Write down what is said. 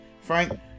Frank